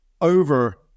over